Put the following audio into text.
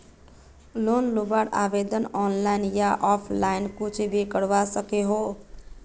Loan लुबार आवेदन online या ऑफलाइन कुछ भी करवा सकोहो ही?